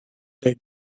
bed